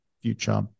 future